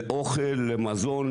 לאוכל ,למזון,